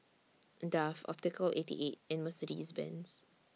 Dove Optical eighty eight and Mercedes Benz